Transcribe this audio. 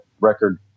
Record